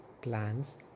plans